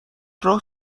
راه